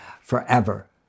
forever